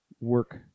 work